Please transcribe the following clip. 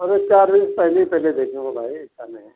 service charging पहले ही पहले देखने को भाई सा नहीं